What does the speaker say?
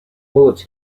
bullets